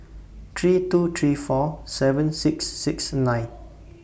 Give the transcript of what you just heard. three two three four seven six six nine